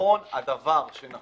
נכון הדבר שהיום